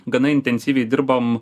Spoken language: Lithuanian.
gana intensyviai dirbam